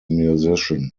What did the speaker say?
musician